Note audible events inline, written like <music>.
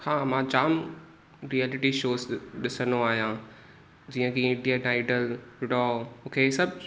हा मां जामु रियलिटी शोस ॾिसंदो आहियां जीअं की इंडियन आईडल <unintelligible> मूंखे हे सहु